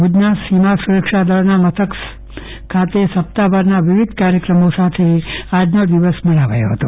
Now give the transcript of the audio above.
ભુજના સીમા સુરક્ષા બળ મથક સપ્તાહભરના વિવિધ કાર્યક્રમો સાથે આજનો દિવસ મનાવાયો હતો